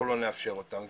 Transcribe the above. אנחנו לא נאפשר אותן.